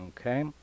Okay